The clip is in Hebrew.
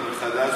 מחדש,